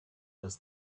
was